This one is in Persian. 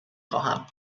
خواهم